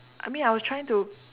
I mean I was trying to